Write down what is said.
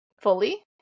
fully